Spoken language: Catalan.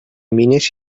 mines